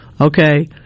Okay